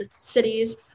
cities